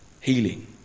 healing